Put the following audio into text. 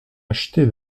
acheté